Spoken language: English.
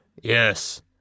Yes